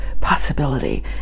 possibility